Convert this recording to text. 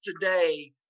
today